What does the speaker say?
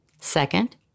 Second